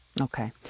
Okay